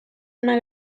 una